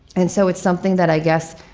and so it's something that i guess